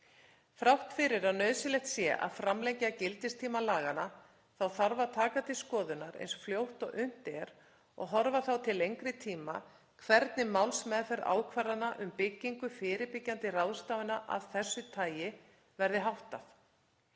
Þrátt fyrir að nauðsynlegt sé að framlengja gildistíma laganna þá þarf að taka til skoðunar eins fljótt og unnt er, og horfa þá til lengri tíma, hvernig málsmeðferð ákvarðana um uppbyggingu fyrirbyggjandi ráðstafana af þessu tagi verði háttað.